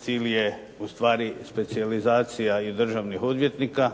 Cilj je ustvari specijalizacija i državnih odvjetnika